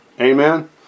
Amen